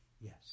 Yes